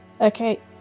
Okay